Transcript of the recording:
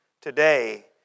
Today